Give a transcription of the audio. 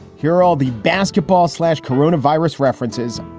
here are all the basketball slash corona virus references.